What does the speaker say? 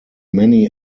many